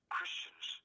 Christians